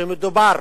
שמדובר